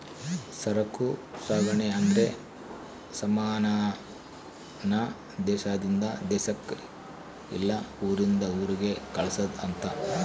ಸರಕು ಸಾಗಣೆ ಅಂದ್ರೆ ಸಮಾನ ನ ದೇಶಾದಿಂದ ದೇಶಕ್ ಇಲ್ಲ ಊರಿಂದ ಊರಿಗೆ ಕಳ್ಸದ್ ಅಂತ